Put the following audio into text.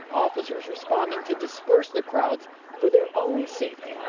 officers responding to disperse the crowds for their own safety.